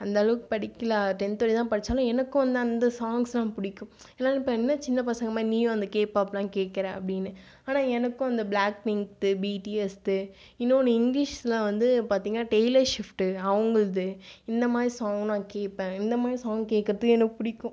அந்த அளவுக்கு படிக்கலை டென்த் வரைக்கும் தான் படித்தேன் எனக்கும் வந்து அந்த சாங்ஸ்லாம் பிடிக்கும் அதனால் இப்போ என்ன சின்ன பசங்க மாதிரி நீயும் அந்த கேபாப்லாம் கேட்குற அப்படின்னு ஆனால் எனக்கு அந்த பிளாக் பிங்க் பிடிஎஸ்து இன்னொன்று இங்கிலீஷில் வந்து பார்த்தீங்கன்னா டெய்லர் ஷிப்ட் அவங்கள்து இந்தமாதிரி சாங்னால் கேப்பேன் இந்தமாதிரி சாங் கேட்கிறதுக்கு எனக்கு பிடிக்கும்